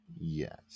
Yes